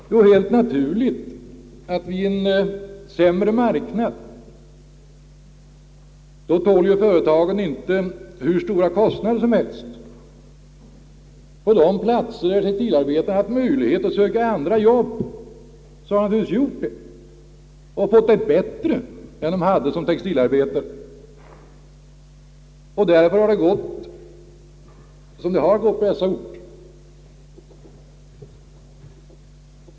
Jo, i en sämre marknad tål företagen helt naturligt inte så stora kostnader på de platser där textilarbetarna haft möjlighet att söka andra arbeten där de får bättre betalt än inom textilindustrien. Därför har det gått som det har gått på dessa orter.